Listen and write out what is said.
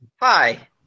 hi